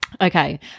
Okay